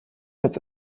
als